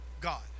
God